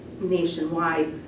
nationwide